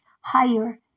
higher